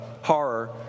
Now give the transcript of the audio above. horror